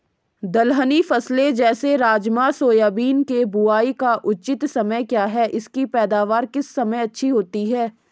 दलहनी फसलें जैसे राजमा सोयाबीन के बुआई का उचित समय क्या है इसकी पैदावार किस समय अच्छी होती है?